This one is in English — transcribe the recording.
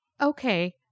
okay